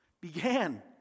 began